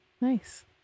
nice